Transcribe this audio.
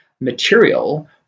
material